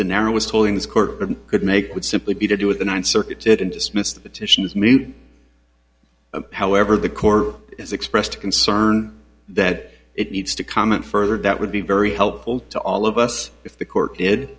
the narrowest holding this court could make would simply be to do with the ninth circuit didn't dismiss the petitions made however the corps has expressed concern that it needs to comment further that would be very helpful to all of us if the court did